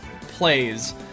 plays